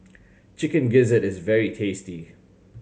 Chicken Gizzard is very tasty